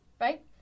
right